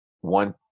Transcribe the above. one